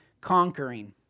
conquering